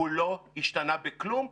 הוא לא השתנה בכלום,